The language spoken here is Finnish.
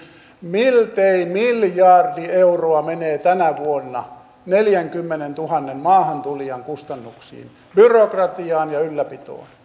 miltei miljardi euroa menee tänä vuonna neljänkymmenentuhannen maahantulijan kustannuksiin byrokratiaan ja ylläpitoon